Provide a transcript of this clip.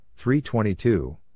3-22